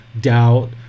doubt